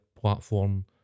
platform